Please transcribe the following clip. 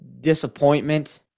disappointment